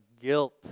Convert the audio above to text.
guilt